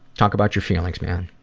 talk about your feelings man.